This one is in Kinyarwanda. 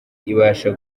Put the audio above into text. ibasha